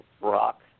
rock